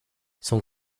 son